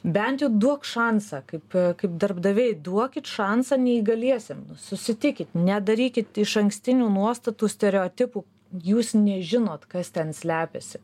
bent jau duok šansą kaip kaip darbdaviai duokit šansą neįgaliesiem susitikit nedarykit išankstinių nuostatų stereotipų jūs nežinot kas ten slepiasi